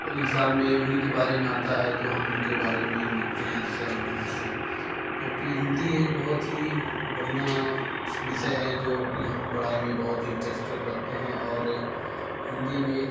exam में उन्हीं के बारे में आता है तो हम उनके बारे में लिखते हैं अन्सर बढ़िया से क्योंकि हिन्दी एक बहुत हि बढ़ियाँ विषय है जो कि हम पढ़ाई में बहुत इंटरेस्टेड रखते हैं और हिन्दी में